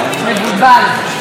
הסתייגויות.